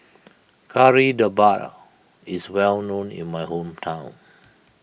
Kari Debal is well known in my hometown